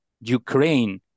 Ukraine